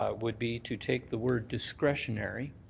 ah would be to take the word discretionary